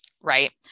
Right